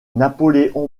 napoléon